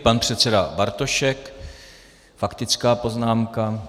Pan předseda Bartošek, faktická poznámka.